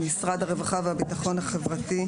ממשרד הרווחה והביטחון החברתי,